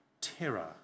terror